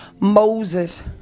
Moses